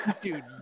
Dude